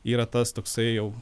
yra tas toksai jau